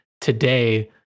today